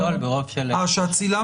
שלושה.